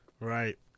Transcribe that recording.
Right